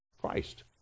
Christ